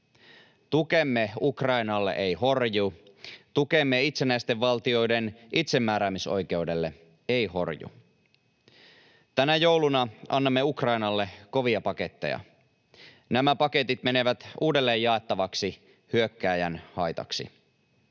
Tukemme Ukrainalle ei horju, tukemme itsenäisten valtioiden itsemääräämisoikeudelle ei horju. Tänä jouluna annamme Ukrainalle kovia paketteja. Nämä paketit menevät uudelleen jaettavaksi hyökkääjän haitaksi.